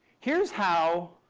here's how